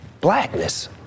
blackness